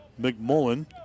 McMullen